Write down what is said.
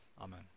Amen